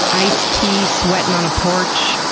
iced tea sweating on a porch,